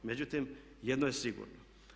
Međutim, jedno je sigurno.